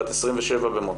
בת 27 במותה,